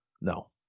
No